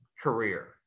career